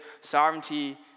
sovereignty